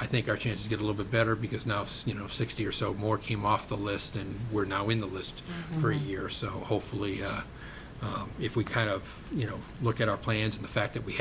i think our chance to get a little bit better because now so you know sixty or so more came off the list and we're now in the list for a year so hopefully if we kind of you know look at our plans and the fact that we